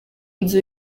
nzu